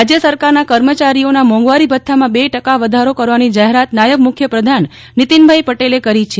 રાજ્ય સરકારના કર્મચારીઓના મોંઘવારી ભથ્થામાં બે ટકા વધારો કરવાની જાહેરાત નાયબ મુખ્યમંત્રી નીતિનભાઈ પટેલે કરી છે